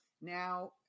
Now